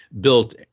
built